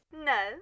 no